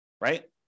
right